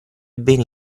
bene